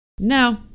no